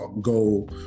go